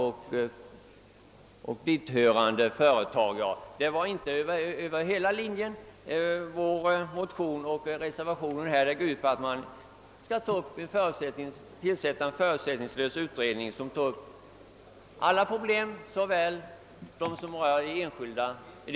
Det var alltså inte fråga om företag över hela linjen. Vår motion och reservationen går ut på att det skall tillsättas en förutsättningslös utredning som tar upp hithörande problem inom både den privata och den offentliga sektorn.